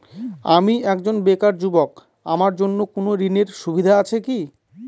আমি একজন বেকার যুবক আমার জন্য কোন ঋণের সুবিধা আছে কি?